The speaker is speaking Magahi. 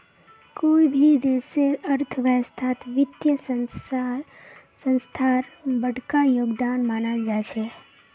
कोई भी देशेर अर्थव्यवस्थात वित्तीय संस्थार बडका योगदान मानाल जा छेक